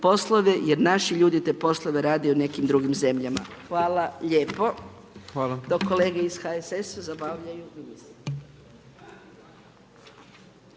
poslove, jer naši ljudi te poslove rade u nekim drugim zemljama. Hvala lijepo. Dok kolege iz HSS-a zabavljaju